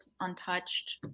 untouched